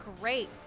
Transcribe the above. Great